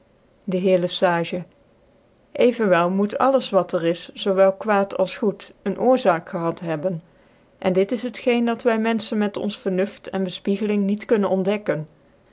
dc heer le sage evenwel moet alles wat er is zoo wel kwaad als goed een oorzaak gehad hebben en dit is het geen dat wy menfehen met ons vernuft en bcfpiegcling niet kunnen ontdekken